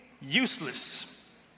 useless